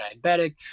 diabetic